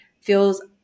feels